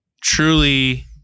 truly